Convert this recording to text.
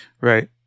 Right